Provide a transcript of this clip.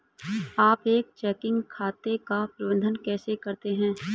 आप एक चेकिंग खाते का प्रबंधन कैसे करते हैं?